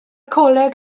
coleg